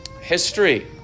history